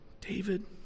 David